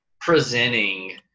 presenting